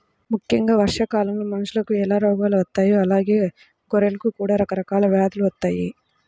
ముక్కెంగా వర్షాకాలంలో మనుషులకు ఎలా రోగాలు వత్తాయో అలానే గొర్రెలకు కూడా రకరకాల వ్యాధులు వత్తయ్యి